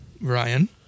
Ryan